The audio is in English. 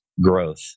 growth